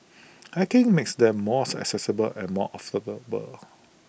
hacking makes them more accessible and more